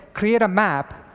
create a map,